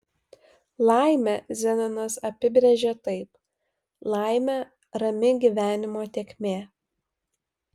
laimę zenonas apibrėžė taip laimė rami gyvenimo tėkmė